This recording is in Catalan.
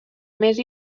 més